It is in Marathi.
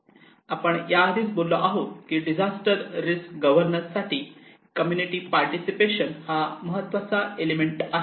आपण या आधीच बोललो आहोत की डिझास्टर रिस्क गव्हर्नन्स साठी कम्युनिटी पार्टिसिपेशन हा महत्त्वाचा एलिमेंट आहे